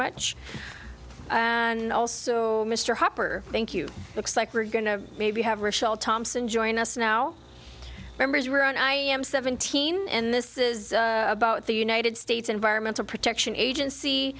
much and also mr hopper thank you looks like we're going to maybe have richelle thompson join us now members were on i am seventeen and this is about the united states environmental protection agency